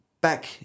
back